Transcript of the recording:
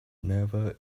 never